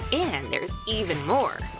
and there's even more,